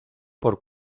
por